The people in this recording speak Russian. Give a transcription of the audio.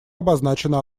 обозначена